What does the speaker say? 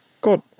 God